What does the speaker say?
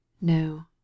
No